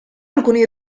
alcuni